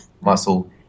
muscle